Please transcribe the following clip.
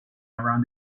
around